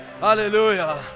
Hallelujah